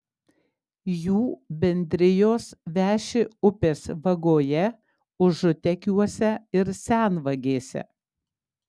jų bendrijos veši upės vagoje užutekiuose ir senvagėse